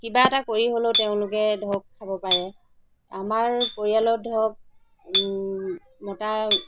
কিবা এটা কৰি হ'লেও তেওঁলোকে ধৰক খাব পাৰে আমাৰ পৰিয়ালত ধৰক মতা